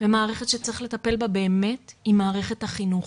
והמערכת שצריך לטפל בה באמת היא מערכת החינוך